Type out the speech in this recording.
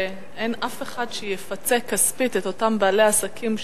שאין אף אחד שיפצה כספית את אותם בעלי עסקים,